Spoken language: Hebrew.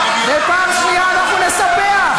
תספח.